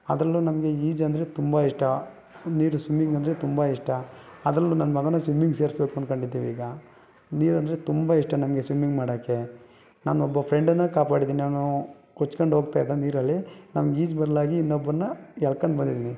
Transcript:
ಅದರಲ್ಲೂ ನಮಗೆ ಈಜು ಅಂದರೆ ತುಂಬ ಇಷ್ಟ ನೀರು ಸ್ವಿಮ್ಮಿಂಗ್ ಅಂದರೆ ತುಂಬ ಇಷ್ಟ ಅದರಲ್ಲೂ ನನ್ನ ಮಗನ್ನ ಸ್ವಿಮ್ಮಿಂಗ್ ಸೇರಿಸ್ಬೇಕು ಅನ್ಕೊಂಡಿದಿವೀಗ ನೀರು ಅಂದರೆ ತುಂಬ ಇಷ್ಟ ನಮಗೆ ಸ್ವಿಮ್ಮಿಂಗ್ ಮಾಡಕ್ಕೆ ನನ್ನೊಬ್ಬ ಫ್ರೆಂಡನ್ನು ಕಾಪಾಡಿದೀನಿ ಅವನು ಕೊಚ್ಚ್ಕೊಂಡು ಹೋಗ್ತಾ ಇದ್ದ ನೀರಲ್ಲಿ ನಮಗೆ ಈಜು ಬರಲಾಗಿ ಇನ್ನೊಬ್ಬನ್ನ ಎಳ್ಕೊಂಡು ಬಂದಿದ್ದೀನಿ